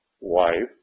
wife